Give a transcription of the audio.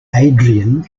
adrian